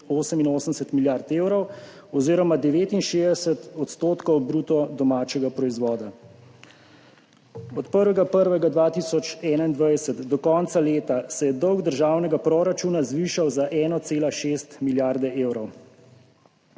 35,88 milijarde evrov oziroma 69 % bruto domačega proizvoda. Od 1. 1. 2021 do konca leta se je dolg državnega proračuna zvišal za 1,6 milijarde evrov.